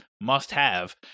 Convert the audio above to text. must-have